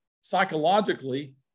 psychologically